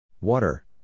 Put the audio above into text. Water